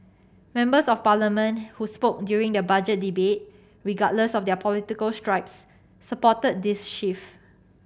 members of Parliament who spoke during the Budget debate regardless of their political stripes supported this shift